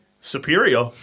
superior